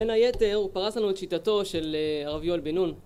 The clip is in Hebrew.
בין היתר הוא פרס לנו את שיטתו של הרבי יואל בן נון.